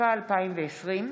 התשפ"א 2020,